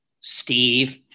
Steve